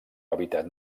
hàbitat